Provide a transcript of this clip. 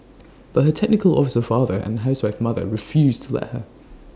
but her technical officer father and housewife mother refused to let her